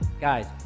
guys